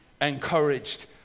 encouraged